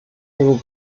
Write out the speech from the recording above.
will